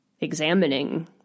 examining